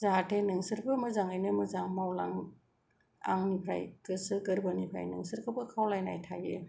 जाहाथे नोंसोरबो मोजाङैनो मोजां मावलाङो आंनिफ्राय गोसो गोरबोनिफ्राय नोंसोरखौबो खावलायनाय थायो